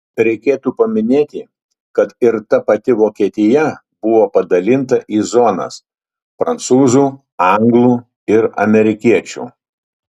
reikėtų paminėti kad ir ta pati vokietija buvo padalinta į zonas prancūzų anglų ir amerikiečių